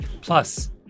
Plus